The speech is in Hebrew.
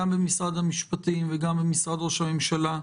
גם במשרד המשפטים וגם במשרד ראש הממשלה,